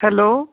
hello